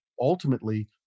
ultimately